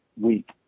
week